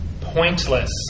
pointless